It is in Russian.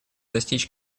достичь